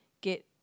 get